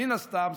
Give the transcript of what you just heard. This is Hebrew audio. מן הסתם,